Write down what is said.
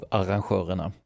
arrangörerna